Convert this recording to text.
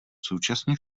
současně